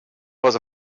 was